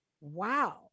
Wow